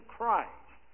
Christ